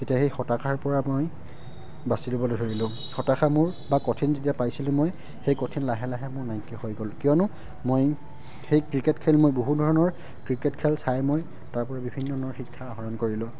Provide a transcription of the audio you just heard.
তেতিয়া সেই হতাশাৰ পৰা মই বাচি ল'বলৈ ধৰিলোঁ হতাশা মোৰ বা কঠিন যেতিয়া পাইছিলোঁ মই সেই কঠিন লাহে লাহে মোৰ নাইকিয়া হৈ গ'ল কিয়নো মই সেই ক্ৰিকেট খেল মই বহু ধৰণৰ ক্ৰিকেট খেল চাই মই তাৰপৰা বিভিন্ন ধৰণৰ শিক্ষা আহৰণ কৰিলোঁ